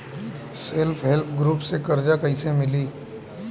Self help group से कर्जा कईसे मिली?